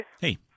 Hey